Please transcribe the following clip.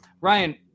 Ryan